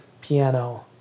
piano